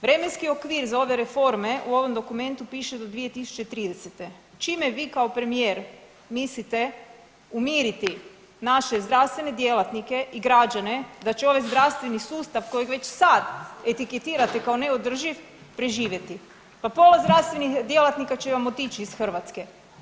Vremenski okvir za ove reforme u ovom dokumentu pišu do 2030., čime vi kao premijer mislite umiriti naše zdravstvene djelatnike i građane da će ovaj zdravstveni sustav kojeg već sad etiketirate kao neodrživ preživjeti, pa pola zdravstvenih djelatnika će vam otići iz Hrvatske.